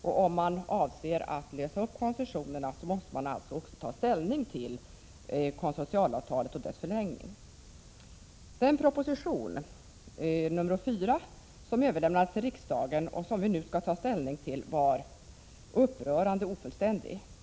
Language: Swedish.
Om man avser att luckra upp koncessionsreglerna, måste man alltså också ta ställning till konsortialavtalet och dess förlängning. Den proposition, nr 4, som överlämnades till riksdagen och som vi nu skall ta ställning till, var upprörande ofullständig.